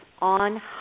on